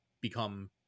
become –